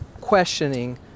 questioning